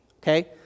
okay